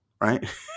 right